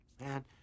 Man